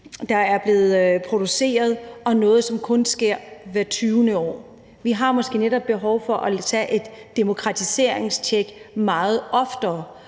der er blevet produceret, og være noget, som kun sker hvert 20. år. Vi har måske netop behov for at tage et demokratiseringstjek meget oftere,